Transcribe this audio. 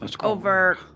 over